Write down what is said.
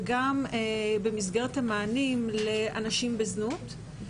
וגם במסגרת המענים לאנשים בזנות.